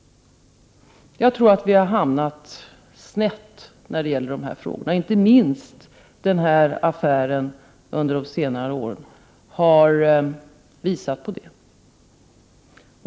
Jag tror att vi har hamnat snett i dessa frågor. Inte minst den här aktuella affären har visat på det.